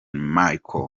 markle